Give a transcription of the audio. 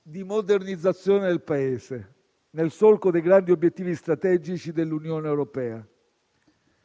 di modernizzazione del Paese, nel solco dei grandi obiettivi strategici dell'Unione europea.